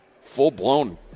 Full-blown